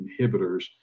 inhibitors